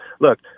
Look